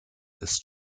ist